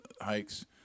hikes